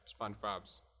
spongebob's